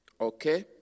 Okay